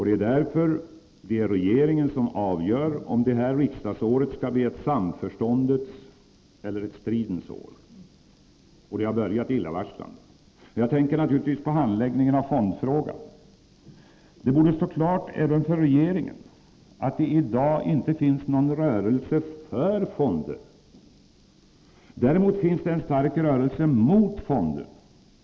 Det är regeringen som avgör om det här riksdagsåret skall bli ett samförståndets eller ett stridens år. Det har börjat illavarslande. Jag tänker naturligtvis på handläggningen av fondfrågan. Det borde stå klart även för regeringen att det i dag inte finns någon rörelse för fonder. Det finns däremot en stark rörelse mot fonder.